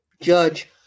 Judge